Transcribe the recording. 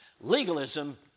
Legalism